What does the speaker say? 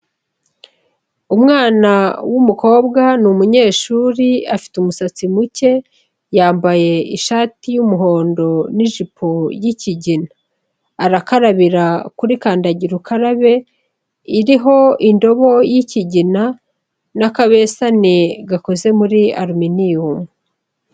Umwana w'umukobwa, ni umunyeshuri afite umusatsi muke, yambaye ishati y'umuhondo n'ijipo y'ikigina. Arakarabira kuri kandagira ukarabe, iriho indobo y'ikigina n'akabesane gakoze muri alminium.